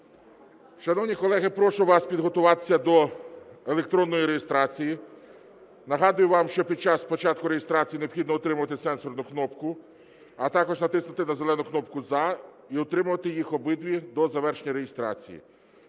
Шановні колеги, прошу вас підготуватися до електронної реєстрації. Нагадую вам, що під час початку реєстрації необхідно утримувати сенсорну кнопку, а також натиснути на зелену кнопку "За", і утримувати їх обидві до завершення реєстрації.